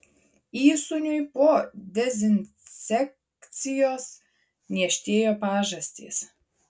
įsūniui po dezinsekcijos niežtėjo pažastys